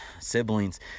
siblings